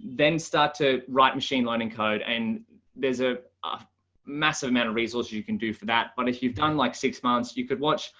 then start to write machine learning code. and there's a ah massive amount of results you can do for that. but if you've done like six months, you could watch